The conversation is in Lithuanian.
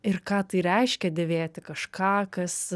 ir ką tai reiškia dėvėti kažką kas